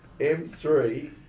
M3